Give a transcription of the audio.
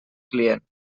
client